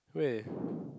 where